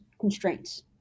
constraints